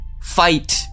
Fight